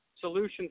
solutions